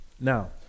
Now